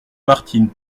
martine